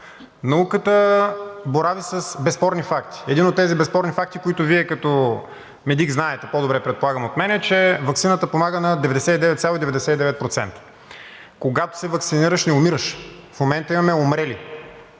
Науката борави с безспорни факти. Един от тези безспорни факти, които Вие като медик знаете по-добре, предполагам, от мен, е, че ваксината помага на 99,99%. Когато се ваксинираш, не умираш. В момента имаме умрели.